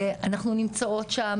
אנחנו נמצאות שם,